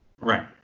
Right